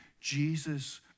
Jesus